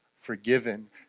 forgiven